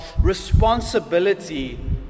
responsibility